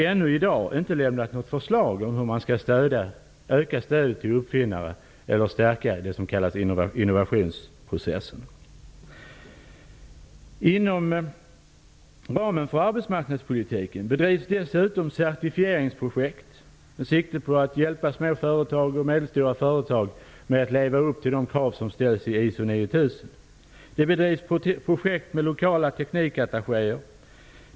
Ännu i dag har man inte lämnat något förslag om hur stödet till uppfinnare skall ökas eller hur det som kallas innovationsprocessen skall stärkas. Inom ramen för arbetsmarknadspolitiken bedrivs dessutom certifieringsprojekt med sikte på att hjälpa små och medelstora företag med att leva upp till de krav som ställs i ISO 9 000. Det bedrivs projekt med lokala teknikattachéer.